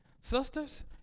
Sisters